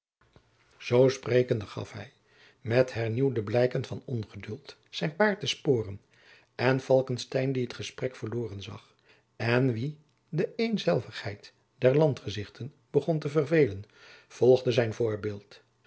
zoo sprekende gaf hij met hernieuwde blijken van ongeduld zijn paard de sporen en falckestein die het gesprek verloren zag en wien de eenzelvigheid der landgezichten begon te verveelen volgde zijn voorbeeld